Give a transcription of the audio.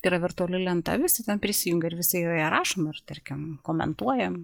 yra virtuali lenta visi ten prisijungę ir visi joje rašom ir tarkim komentuojam